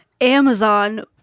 Amazon